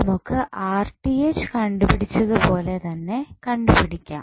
നമുക്ക് കണ്ടുപിടിച്ചത് പോലെ തന്നെ കണ്ടുപിടിക്കാം